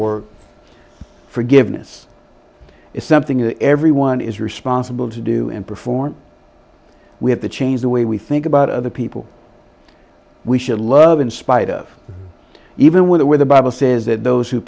work forgiveness is something that everyone is responsible to do and perform we have to change the way we think about other people we should love in spite of even with the way the bible says that those who